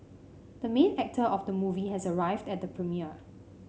the main actor of the movie has arrived at the premiere